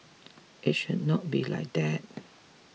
it should not be like that